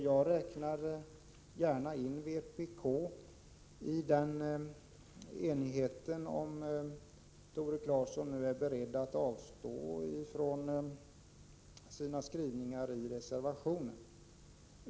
Jag skulle gärna räkna in vpk i denna enighet, om Tore Claeson nu är beredd att avstå från sina krav i reservationen.